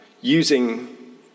using